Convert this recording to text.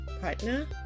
partner